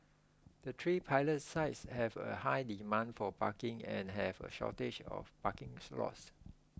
the three pilot sites have a high demand for parking and have a shortage of parkings lots